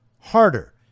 harder